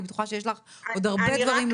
אני בטוחה שיש לך עוד הרבה דברים לומר.